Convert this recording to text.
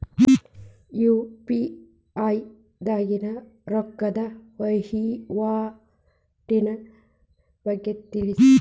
UPI ದಾಗಿನ ರೊಕ್ಕದ ವಹಿವಾಟಿನ ಬಗ್ಗೆ ತಿಳಸ್ರಿ